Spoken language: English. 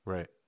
Right